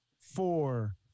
four